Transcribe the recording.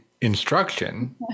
instruction